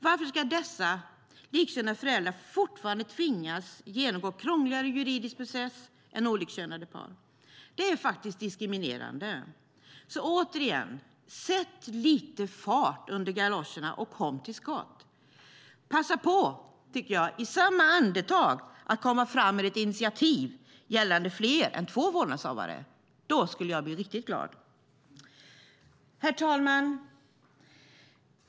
Varför ska likkönade föräldrar fortfarande tvingas genomgå en krångligare juridisk process än olikkönade par? Det är diskriminerande. Återigen: Sätt lite fart under galoscherna och kom till skott! Jag tycker att ni i samma andetag kan passa på att komma fram med ett initiativ gällande fler än två vårdnadshavare. Då skulle jag bli riktigt glad. Herr talman!